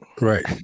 Right